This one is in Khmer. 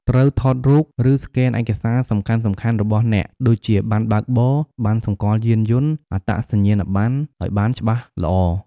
ត្រូវថតរូប ឬ ស្កេនឯកសារសំខាន់ៗរបស់អ្នក ដូចជា ប័ណ្ណបើកបរ ប័ណ្ណសម្គាល់យានយន្ត អត្តសញ្ញាណប័ណ្ណ ឲ្យបានច្បាស់ល្អ។